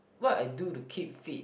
what I do to keep fit